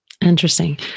Interesting